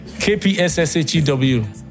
K-P-S-S-H-E-W